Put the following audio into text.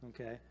okay